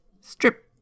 Strip